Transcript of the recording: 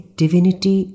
divinity